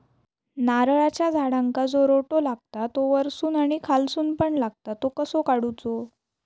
नारळाच्या झाडांका जो रोटो लागता तो वर्सून आणि खालसून पण लागता तो कसो काडूचो?